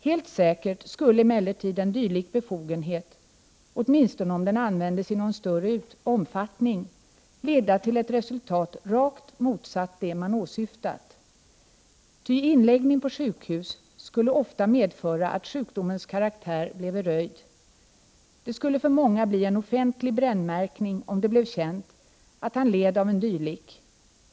Helt säkert skulle emellertid en dylik befogenhet, åtminstone om den användes i någon större omfattning, leda till ett resultat rakt motsatt det man åsyftat. Ty inläggning på sjukhus skulle ofta medföra att sjukdomens karaktär bleve röjd. Det skulle för många bli en offentlig brännmärkning om det blev känt att han led av en dylik.